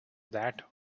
that